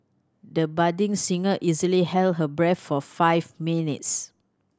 the budding singer easily held her breath for five minutes